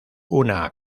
una